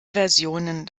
versionen